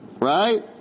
Right